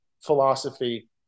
philosophy